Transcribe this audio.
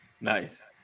Nice